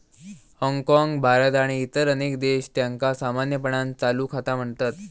हाँगकाँग, भारत आणि इतर अनेक देश, त्यांका सामान्यपणान चालू खाता म्हणतत